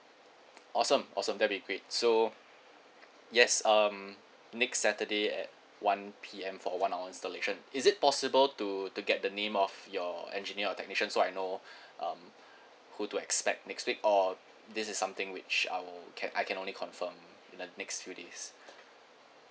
awesome awesome that'll be great so yes um next saturday at one P_M for one hour installation is it possible to to get the name of your engineer or technician so I know um who to expect next week or this is something which I'll can I can only confirm in the next few days